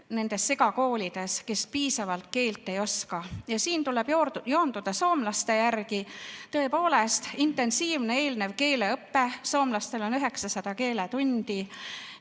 vene lapsed, kes piisavalt keelt ei oska. Ja siin tuleb joonduda soomlaste järgi. Tõepoolest, intensiivne eelnev keeleõpe, soomlastel on 900 keeletundi.